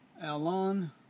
Alon